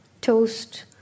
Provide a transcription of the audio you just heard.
toast